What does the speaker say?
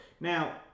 Now